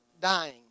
dying